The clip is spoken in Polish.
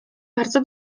bardzo